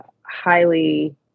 highly